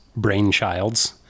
brainchilds